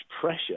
pressure